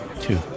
two